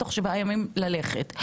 תוך שבעה ימים ללכת.